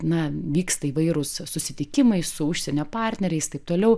na vyksta įvairūs susitikimai su užsienio partneriais taip toliau